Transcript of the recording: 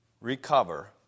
recover